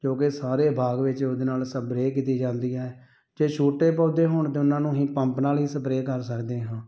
ਜੋ ਕਿ ਸਾਰੇ ਬਾਗ ਵਿੱਚ ਉਹਦੇ ਨਾਲ਼ ਸਪਰੇਅ ਕੀਤੀ ਜਾਂਦੀ ਹੈ ਜੇ ਛੋਟੇ ਪੌਦੇ ਹੋਣ ਤਾਂ ਉਹਨਾਂ ਨੂੰ ਅਸੀਂ ਪੰਪ ਨਾਲ਼ ਹੀ ਸਪਰੇਅ ਕਰ ਸਕਦੇ ਹਾਂ